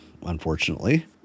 unfortunately